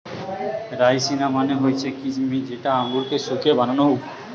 রাইসিনা মানে হৈসে কিছমিছ যেটা আঙুরকে শুকিয়ে বানানো হউক